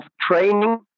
training